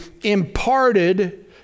imparted